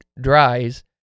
dries